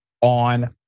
on